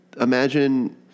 Imagine